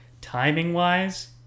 timing-wise